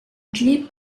clip